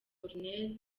col